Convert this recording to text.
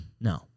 No